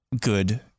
good